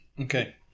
Okay